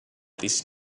this